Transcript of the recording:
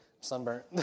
sunburned